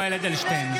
(קורא בשמות חברי הכנסת) יולי יואל אדלשטיין,